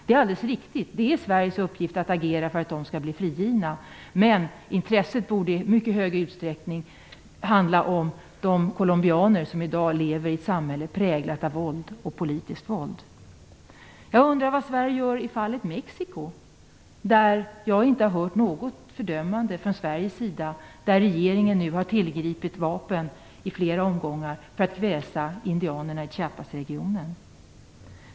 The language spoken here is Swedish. Det är alldeles riktigt - det är Sveriges uppgift att agera för att de skall bli frigivna, men vi borde i mycket större utsträckning rikta intresset mot de colombianer som i dag lever i ett samhälle präglat av våld och politiskt våld. Jag undrar vad Sverige gör i fallet Mexico. Jag har inte hört något fördömande från Sveriges sida av att regeringen i flera omgångar har tillgripit vapen för att kväsa indianerna i Chiapasregionen.